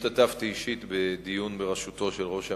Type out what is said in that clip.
השתתפתי אישית בדיון בראשותו של ראש הממשלה.